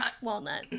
Walnut